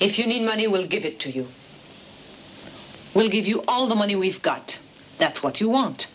if you need money we'll give it to you we'll give you all the money we've got that's what you want